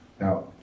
now